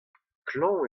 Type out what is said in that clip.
klañv